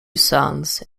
sons